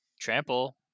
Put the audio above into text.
Trample